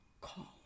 call